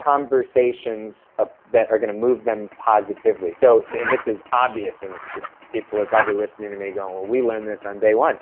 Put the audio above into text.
conversations ah that are gonna move them positively. so and this is obvious, and your people are probably listening to me, going, we learned this on day one!